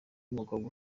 y’umukobwa